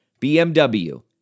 BMW